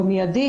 במיידי,